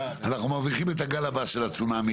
אנחנו מרוויחים את הגל הבא של הצונאמי,